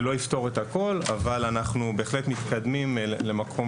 זה לא יפתור את הכל אבל אנחנו בהחלט מתקדמים למקום